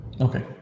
Okay